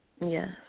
Yes